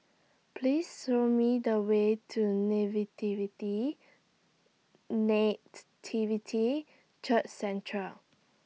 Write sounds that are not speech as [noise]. Please Show Me The Way to [unintelligible] Nativity Church Centre